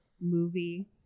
movie